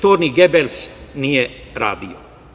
To ni Gebels nije radio.